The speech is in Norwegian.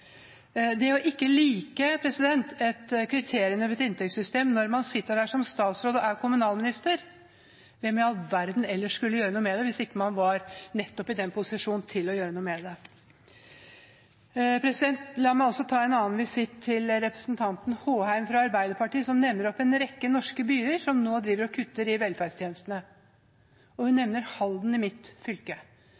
ikke liker kriteriene for et inntektssystem når man sitter som statsråd – som kommunalminister – hvem i all verden ellers skulle gjøre noe med det enn nettopp den som er i posisjon til å gjøre noe med det? La meg også ta en visitt til representanten Håheim fra Arbeiderpartiet, som nevner en rekke norske byer som nå driver og kutter i velferdstjenestene. Og hun